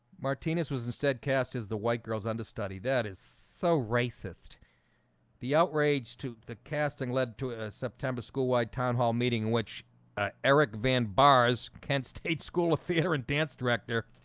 martinez was instead cast as the white girl's understudy. that is so racist the outrage to the casting led to a september school-wide town hall meeting which ah eric van bars kent state school of theatre and dance director